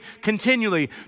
continually